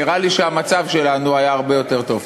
נראה לי שהמצב שלנו היה הרבה יותר טוב.